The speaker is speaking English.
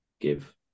give